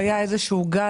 שהיה איזה שהוא גל,